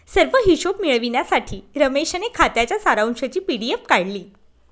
सर्व हिशोब मिळविण्यासाठी रमेशने खात्याच्या सारांशची पी.डी.एफ काढली